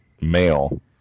male